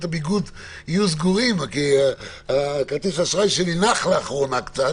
הבגדים יהיו סגורים כרטיס האשראי שלי נח קצת